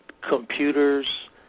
computers